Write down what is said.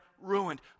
ruined